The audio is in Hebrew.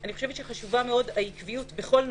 אני חושבת שחשובה מאוד העקביות בכל נושא,